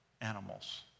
animals